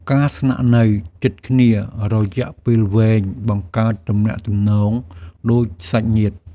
ការស្នាក់នៅជិតគ្នារយះពេលវែងបង្កើតទំនាក់ទំនងដូចសាច់ញាតិ។